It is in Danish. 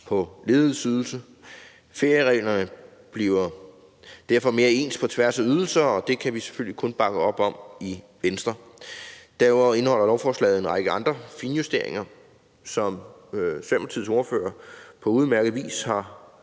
på ledighedsydelse. Feriereglerne bliver derfor mere ens på tværs af ydelser, og det kan vi selvfølgelig kun bakke op om i Venstre. Derudover indeholder lovforslaget en række andre finjusteringer, som Socialdemokratiets ordfører på udmærket vis har